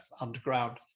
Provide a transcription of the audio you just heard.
underground